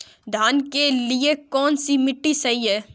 धान के लिए कौन सी मिट्टी सही है?